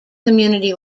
community